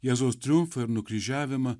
jėzaus triumfą ir nukryžiavimą